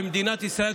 במדינת ישראל,